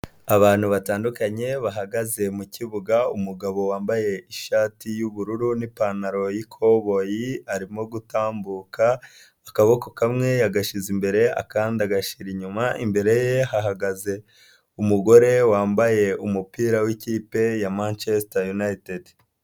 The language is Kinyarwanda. Abantu batandukanye bahagaze mu kibuga, umugabo wambaye ishati y'ubururu n'ipantaro y'ikoboyi, arimo gutambuka, akaboko kamwe agashyize imbere akandi agashyira inyuma, imbere ye hahagaze umugore wambaye umupira w'kipe ya Manchester United.